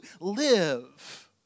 live